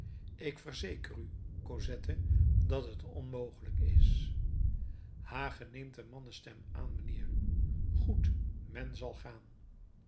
ik verzeker u cosette dat het onmogelijk is ha ge neemt een mannenstem aan mijnheer goed men zal gaan